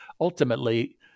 ultimately